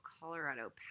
Colorado